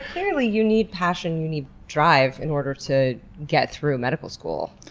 clearly, you need passion, you need drive in order to get through medical school.